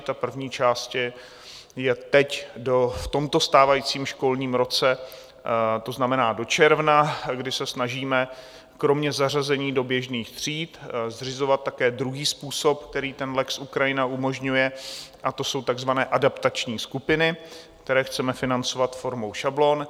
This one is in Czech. Ta první část je teď v tomto stávajícím školním roce, to znamená do června, kdy se snažíme kromě zařazení do běžných tříd zřizovat také druhý způsob, který ten lex Ukrajina umožňuje, a to jsou takzvané adaptační skupiny, které chceme financovat formou šablon.